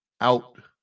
out